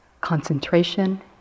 concentration